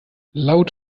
laut